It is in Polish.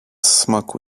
smaku